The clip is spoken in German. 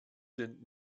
sind